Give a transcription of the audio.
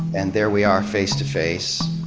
and there we are face to face.